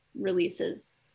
releases